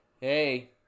hey